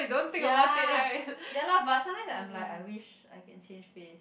ya ya lor but sometimes I'm like I wished I can change face